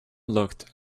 looked